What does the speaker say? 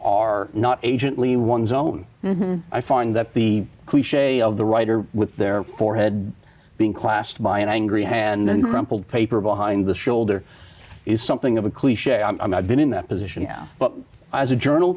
are not agent lee one's own i find that the cliche of the writer with their forehead being classed by an angry and crumpled paper behind the shoulder is something of a cliche i've been in that position now but as a journal